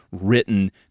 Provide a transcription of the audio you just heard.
written